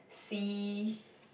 sea